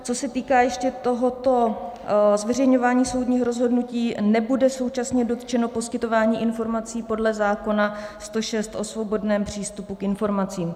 Co se týká ještě tohoto zveřejňování soudních rozhodnutí, nebude současně dotčeno poskytování informací podle zákona 106 o svobodném přístupu k informacím.